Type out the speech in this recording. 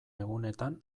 egunetan